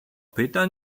pyta